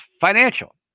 financial